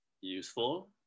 useful